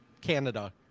Canada